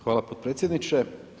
Hvala potpredsjedniče.